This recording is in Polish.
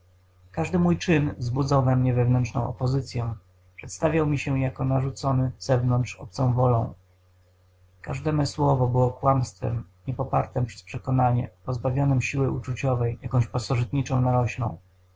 każdy mój czyn wzbudzał we mnie wewnętrzną opozycyę przedstawiał mi się jako narzucony zewnątrz obcą wolą każde me słowo było kłamstwem nie popartem przez przekonanie pozbawionem siły uczuciowej jakąś pasożytną naroślą